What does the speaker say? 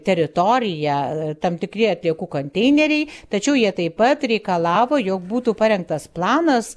teritoriją tam tikri atliekų konteineriai tačiau jie taip pat reikalavo jog būtų parengtas planas